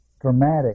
dramatic